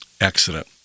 accident